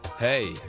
Hey